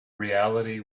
reality